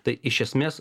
tai iš esmės